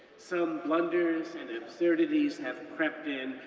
some blunders and absurdities have crept in,